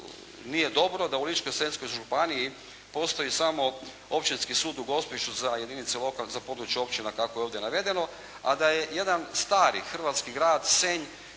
nije dobro, da u Ličko-Senjskoj županiji postoji samo Općinski sud u Gospiću za jedinice lokalne, za područje općina kako je ovdje navedeno a da je jedan stari hrvatski grad Senj